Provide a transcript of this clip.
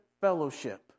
fellowship